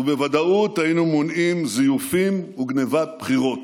ובוודאות היינו מונעים זיופים וגנבת בחירות.